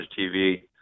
TV